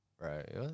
Right